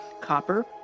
Copper